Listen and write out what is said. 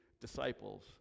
disciples